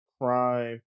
crime